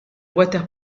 water